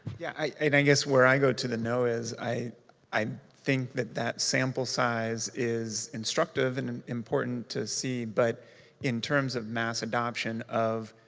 yeah, i think where i go to the no is, i i think that that sample size is instructive, and important to see, but in terms of mass adoption of,